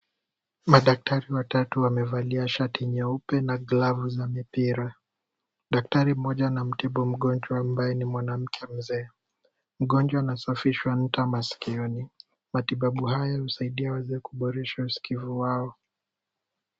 Madaktari watatu wamevalia shati nyeupe na glavu za mipira. Daktari mmoja ana mtibu mgonjwa ambaye ni mwanamke mzee. Mgonjwa anasafishwa mtaa masikioni. Matibabu haya husaidia wazee kuboresha usikivu wao.